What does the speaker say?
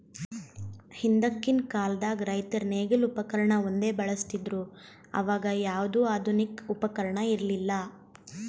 ಹಿಂದಕ್ಕಿನ್ ಕಾಲದಾಗ್ ರೈತರ್ ನೇಗಿಲ್ ಉಪಕರ್ಣ ಒಂದೇ ಬಳಸ್ತಿದ್ರು ಅವಾಗ ಯಾವ್ದು ಆಧುನಿಕ್ ಉಪಕರ್ಣ ಇರ್ಲಿಲ್ಲಾ